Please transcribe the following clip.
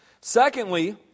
Secondly